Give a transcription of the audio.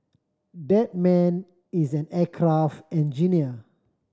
that man is an aircraft engineer